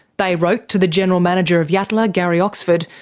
they wrote to the general manager of yatala, gary oxford,